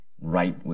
right